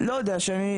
לא יודע משהו.